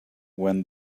when